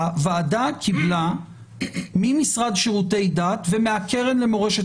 הוועדה קיבלה מהמשרד לשירותי דת ומהקרן למורשת